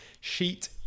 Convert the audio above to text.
sheet